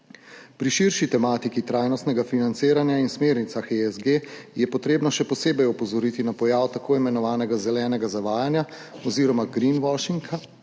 Pri širši tematiki trajnostnega financiranja in smernicah ESG je treba še posebej opozoriti na pojav tako imenovanega zelenega zavajanja oziroma greenwashinga,